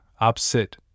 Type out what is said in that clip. opposite